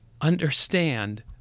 Understand